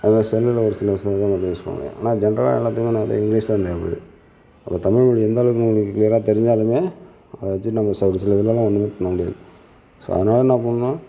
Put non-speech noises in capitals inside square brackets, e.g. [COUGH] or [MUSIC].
அதேமாரி [UNINTELLIGIBLE] ஒரு சில விசயங்களைதான் நம்ம யூஸ் பண்ண முடியும் ஆனால் ஜென்டர்லாம் எல்லாத்தையுமே யூஸ் இங்கிலீஷ் தான் தேவைப்படுது அப்போ தமிழ் மொழி எந்தளவுக்கு உங்களுக்கு க்ளியராக தெரிஞ்சாலுமே அதை வச்சிலாம் சில இதெலாம் ஒன்றுமே பண்ண முடியாது ஸோ அதனால் என்ன பண்ணும்